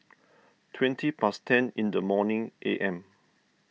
twenty past ten in the morning A M